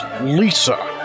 Lisa